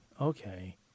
Okay